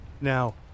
Now